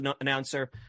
announcer